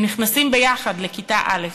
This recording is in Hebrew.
הם נכנסים יחד לכיתה א'.